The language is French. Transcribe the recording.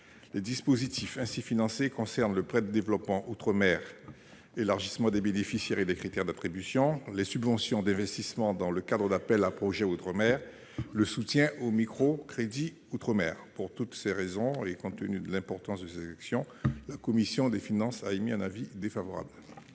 Les dispositifs ainsi financés concernent le prêt de développement outre-mer- élargissement des bénéficiaires et des critères d'attribution -, les subventions d'investissement dans le cadre d'appels à projets outre-mer, et le soutien au microcrédit outre-mer. Compte tenu de l'importance de ces actions, la commission des finances émet un avis défavorable.